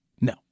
No